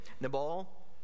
Nabal